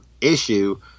issue